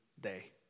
day